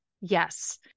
yes